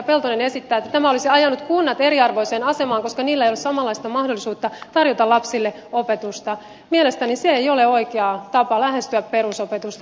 peltonen esittää että tämä olisi ajanut kunnat eriarvoiseen asemaan koska niillä ei ole samanlaista mahdollisuutta tarjota lapsille opetusta mielestäni ei ole oikea tapa lähestyä perusopetusta